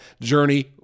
journey